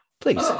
please